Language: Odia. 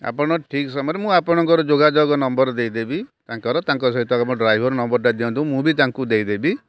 ଆପଣ ଠିକ୍ ସମୟରେ ମୁଁ ଆପଣଙ୍କର ଯୋଗାଯୋଗ ନମ୍ବର୍ ଦେଇଦେବି ତାଙ୍କର ତାଙ୍କ ସହିତ ତାଙ୍କର ଡ୍ରାଇଭର୍ ନମ୍ବର୍ଟା ଦେଇଦିଅନ୍ତୁ ମୁଁ ବି ତାଙ୍କୁ ଦେଇଦେବି